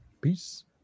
Peace